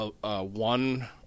one